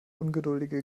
ungeduldige